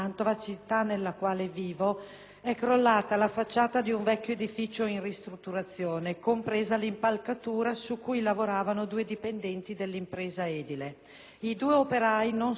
è crollata la facciata di un vecchio edificio in ristrutturazione, compresa l'impalcatura su cui lavoravano due dipendenti dell'impresa edile. I due operai non sono attualmente in pericolo di vita,